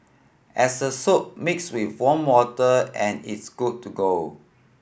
as a soap mix with warm water and it's good to go